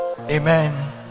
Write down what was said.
Amen